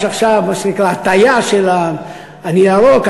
יש עכשיו מה שנקרא הטיה: אני ירוק,